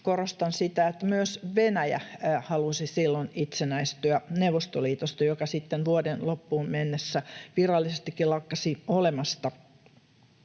Korostan sitä, että myös Venäjä halusi silloin itsenäistyä Neuvostoliitosta, joka sitten vuoden loppuun mennessä virallisestikin lakkasi olemasta.